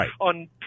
on